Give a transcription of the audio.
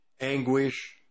anguish